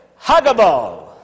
Huggable